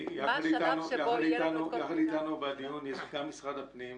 בדיון נמצאים איתנו בזום גם נציגים של משרד הפנים,